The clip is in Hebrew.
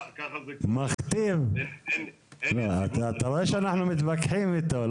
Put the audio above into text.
אתה רואה שאנחנו מתווכחים איתו.